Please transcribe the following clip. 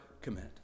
commit